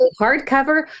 hardcover